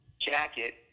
jacket